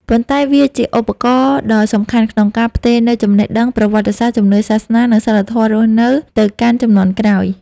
ប៉ុន្តែវាជាឧបករណ៍ដ៏សំខាន់ក្នុងការផ្ទេរនូវចំណេះដឹង ប្រវត្តិសាស្ត្រ ជំនឿសាសនា និងសីលធម៌រស់នៅទៅកាន់ជំនាន់ក្រោយ។